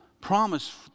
Promise